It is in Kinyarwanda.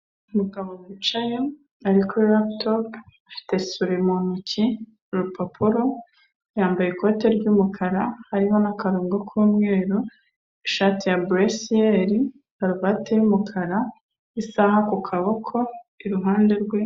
Umugabo wicaye, ari kuri laputopu, afite suri mu ntoki, urupapuro, yambaye ikoti ry'umukara, hariho n'akarongo k'umweru, ishati ya buresiyeri, karuvati y'umukara, isaha ku kaboko, iruhande rwe...